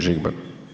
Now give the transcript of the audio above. Žigman.